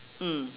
mm